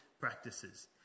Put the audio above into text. practices